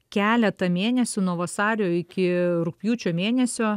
keletą mėnesių nuo vasario iki rugpjūčio mėnesio